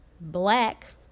black